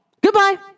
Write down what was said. Goodbye